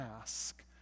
ask